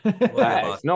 no